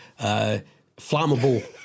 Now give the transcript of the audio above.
flammable